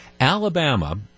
Alabama